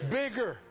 bigger